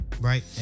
Right